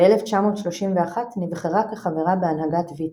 ב-1931 נבחרה כחברה בהנהגת ויצו.